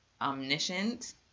omniscient